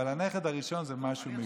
אבל הנכד הראשון הוא משהו מיוחד.